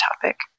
topic